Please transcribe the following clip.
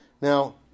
Now